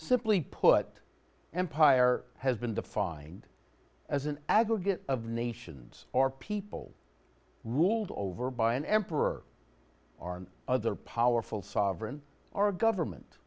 simply put empire has been defined as an aggregate of nations or people ruled over by an emperor or other powerful sovereign our government